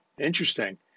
interesting